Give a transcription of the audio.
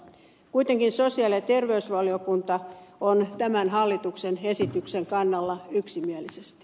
kuitenkin sosiaali ja terveysvaliokunta on tämän hallituksen esityksen kannalla yksimielisesti